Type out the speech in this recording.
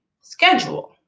schedule